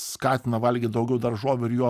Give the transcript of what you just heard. skatina valgyt daugiau daržovių ir jo